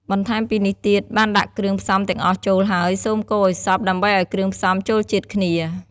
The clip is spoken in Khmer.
បន្ថែមពីនេះទៀត បានដាក់គ្រឿងផ្សំទាំងអស់ចូលហើយ សូម កូរឲ្យសព្វ ដើម្បីឲ្យគ្រឿងផ្សំចូលជាតិគ្នា។